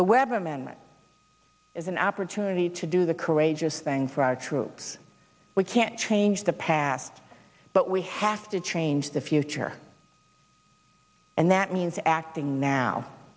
the webb amendment is an opportunity to do the courageous thing for our troops we can't change the past but we have to change the future and that means acting now